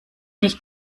nicht